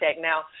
Now